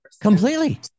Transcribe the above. completely